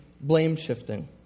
blame-shifting